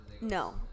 no